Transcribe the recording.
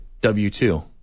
W-2